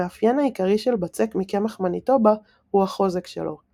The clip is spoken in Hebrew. המאפיין העיקרי של בצק מקמח מניטובה הוא החוזק שלו,